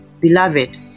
beloved